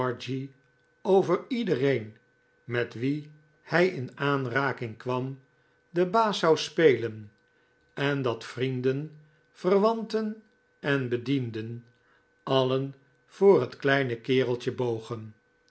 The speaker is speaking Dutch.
over iedereen met wien hij in aanraking kwam de baas zou spelen en dat vrienden verwanten en bedienden alien voor het kleine kereltje bogen